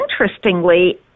interestingly